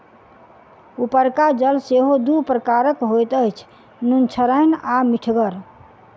उपरका जल सेहो दू प्रकारक होइत अछि, नुनछड़ैन आ मीठगर